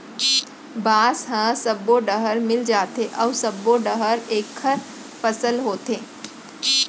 बांस ह सब्बो डहर मिल जाथे अउ सब्बो डहर एखर फसल होथे